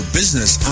business